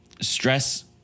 stress